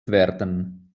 werden